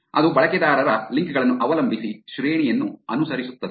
ಅದು ಬಳಕೆದಾರರ ಲಿಂಕ್ ಗಳನ್ನು ಅವಲಂಬಿಸಿ ಶ್ರೇಣಿಯನ್ನು ಅನುಸರಿಸುತ್ತದೆ